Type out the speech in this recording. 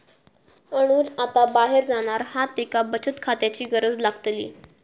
अनुज आता बाहेर जाणार हा त्येका बचत खात्याची गरज लागतली